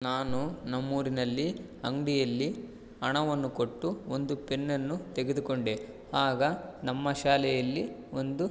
ನಾನು ನಮ್ಮೂರಿನಲ್ಲಿ ಅಂಗಡಿಯಲ್ಲಿ ಹಣವನ್ನು ಕೊಟ್ಟು ಒಂದು ಪೆನ್ನನ್ನು ತೆಗೆದುಕೊಂಡೆ ಆಗ ನಮ್ಮ ಶಾಲೆಯಲ್ಲಿ ಒಂದು